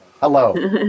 Hello